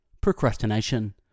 procrastination